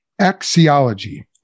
axiology